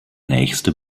nächste